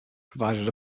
provided